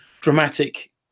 dramatic